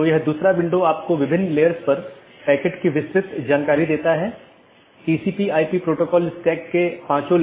यह मूल रूप से ऑटॉनमस सिस्टमों के बीच सूचनाओं के आदान प्रदान की लूप मुक्त पद्धति प्रदान करने के लिए विकसित किया गया है इसलिए इसमें कोई भी लूप नहीं होना चाहिए